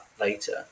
later